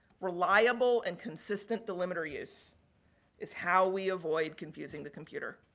reliable and consistent delimiter use is how we avoid confusing the computer.